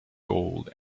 gold